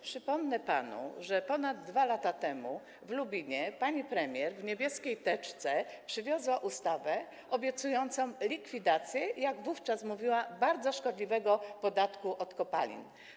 Przypomnę panu, że ponad 2 lata temu do Lubina pani premier w niebieskiej teczce przywiozła ustawę obiecującą likwidację, jak wówczas mówiła, bardzo szkodliwego podatku od kopalin.